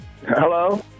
Hello